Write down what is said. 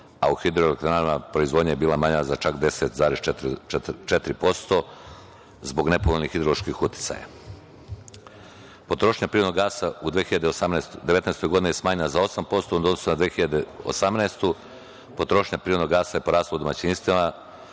a u hidroelektranama proizvodnja je bila manja za čak 10,4% zbog nepovoljnih hidroloških uticaja. Potrošnja prirodnog gasa u 2019. godini je smanjena za 8% u odnosu na 2018. Potrošnja prirodnog gasa je porasla u domaćinstvima,